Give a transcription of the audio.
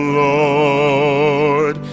lord